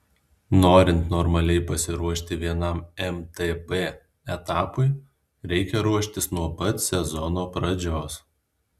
norint normaliai pasiruošti vienam mtb etapui reikia ruoštis nuo pat sezono pradžios